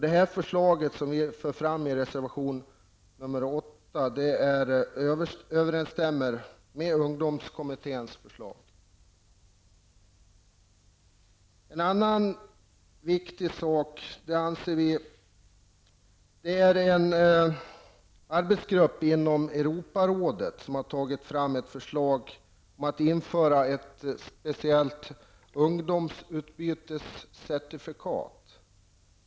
Detta förslag som vi för fram i reservation 8 En annan viktig sak anser vi vara ett förslag från en arbetsgrupp i Europarådet att införa ett speciellt ungdomsutbytescertifikat.